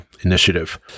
initiative